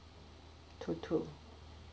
two two